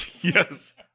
Yes